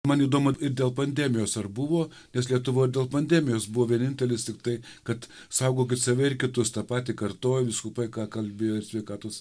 man įdomu ir dėl pandemijos ar buvo nes lietuvoj dėl pandemijos buvo vienintelis tiktai kad saugokit save ir kitus tą patį kartojo vyskupai ką kalbėjo ir sveikatos